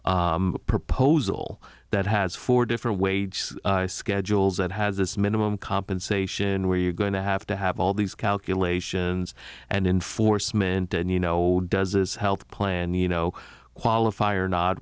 a proposal that has four different wage schedules that has this minimum compensation where you're going to have to have all these calculations and enforcement and you know does this health plan you know qualify or not